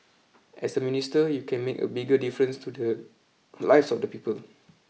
as a minister you can make a bigger difference to the lives of the people